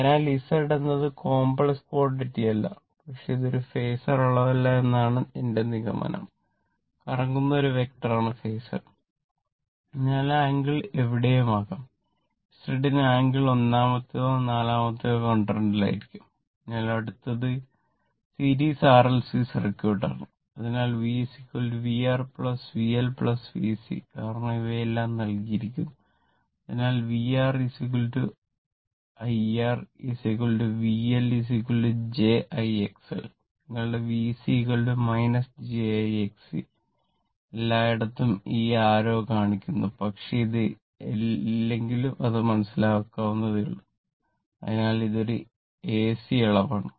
അതിനാൽ അടുത്തത് series R L C circuit കാണിക്കുന്നു പക്ഷേ അത് ഇല്ലെങ്കിലും അത് മനസ്സിലാക്കാവുന്നതേയുള്ളൂ അതിനാൽ ഇത് ഒരു എസി അളവാണ്